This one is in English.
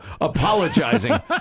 apologizing